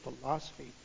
philosophy